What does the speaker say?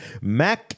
Mac